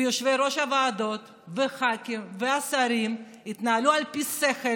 ויושבי-ראש הוועדות והח"כים והשרים יתנהלו על פי שכל,